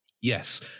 Yes